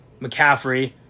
McCaffrey